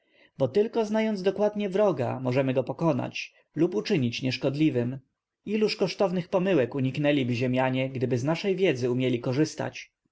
bo tylko znając dokładnie wroga możemy go pokonać lub uczynić nieszkodliwym iluż kosztownych pomyłek uniknęliby ziemianie gdyby z naszej wiedzy umieli korzystać